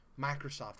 Microsoft